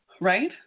right